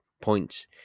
points